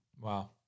Wow